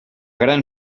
gran